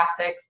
graphics